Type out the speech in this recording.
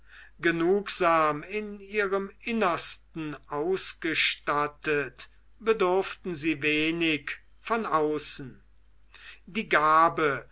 genugsam in ihrem innersten ausgestattet bedurften sie wenig von außen die gabe